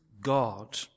God